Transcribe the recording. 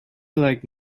like